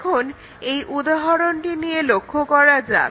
এখন এই উদাহরণটি নিয়ে আলোচনা করা যাক